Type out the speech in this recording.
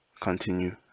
continue